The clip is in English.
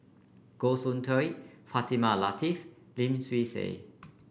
Goh Soon Tioe Fatimah Lateef Lim Swee Say